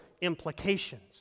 implications